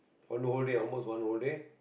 one whole day almost one whole day